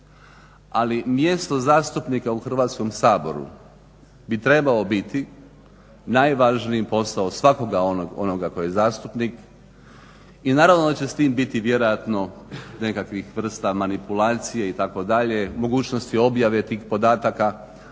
ali mjesto zastupnika u Hrvatskom saboru bi trebalo biti najvažniji posao svakoga onoga koji je zastupnik. I naravno da će s tim biti vjerojatno nekakvih vrsta manipulacije itd., mogućnosti objave tih podataka,